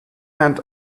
and